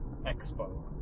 expo